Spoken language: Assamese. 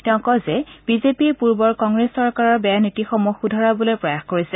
তেওঁ কয় যে বিজেপিয়ে পূৰ্বৰ কংগ্ৰেছ চৰকাৰৰ বেয়া নীতিসমূহ শুধৰাবলৈ প্ৰয়াস কৰিছে